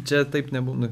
čia taip nebūnu